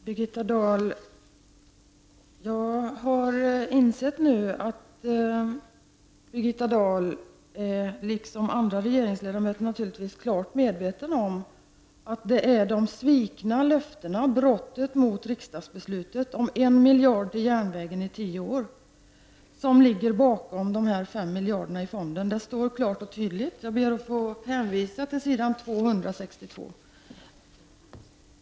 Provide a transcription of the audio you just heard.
Herr talman! Jag har nu insett att Birgitta Dahl liksom andra regeringsledamöter naturligtvis är klart medvetna om att det är de svikna löftena, brottet mot riksdagsbeslutet om en miljard till järnvägen i tio år, som ligger bakom de fem miljarderna i fonden. Det är klart och tydligt. Jag ber att få hänvisa till s. 262.